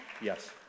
Yes